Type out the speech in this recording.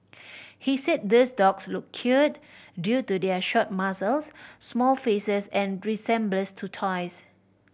he said these dogs look cute due to their short muzzles small faces and resemblance to toys